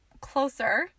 closer